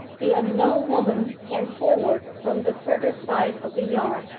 the unknown woman came forward from the further side of the yard,